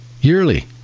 Yearly